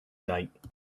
night